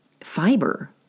fiber